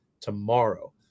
tomorrow